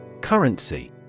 Currency